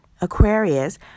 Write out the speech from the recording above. Aquarius